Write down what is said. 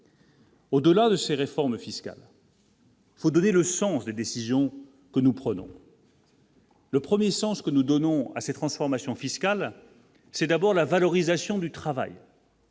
Au-delà de ces réformes fiscales. Il faut donner le sens des décisions que nous prenons. Le 1er sens que nous donnons à ces transformations fiscales, c'est d'abord la valorisation du travail.